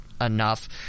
enough